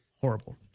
horrible